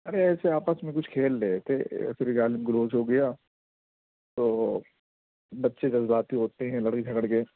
ارے ایسے آپس میں کچھ کھیل رہے تھے پھر گالم گلوچ ہو گیا تو بچے جذباتی ہوتے ہیں لڑ جھگڑ گئے